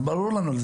ברור לנו.